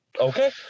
Okay